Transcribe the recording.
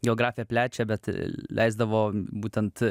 geografiją plečia bet leisdavo būtent